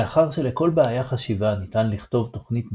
מאחר שלכל בעיה חשיבה ניתן לכתוב תוכנית מחשב,